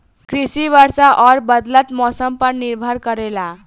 कृषि वर्षा और बदलत मौसम पर निर्भर करेला